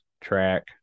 track